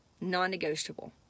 non-negotiable